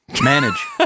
Manage